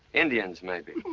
indians, maybe.